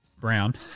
Brown